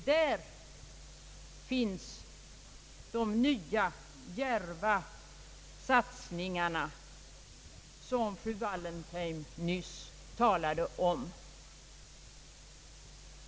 Där finns de nya och djärva satsningar som fru Wallentheim nyss talade om.